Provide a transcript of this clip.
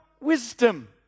wisdom